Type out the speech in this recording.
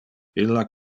illa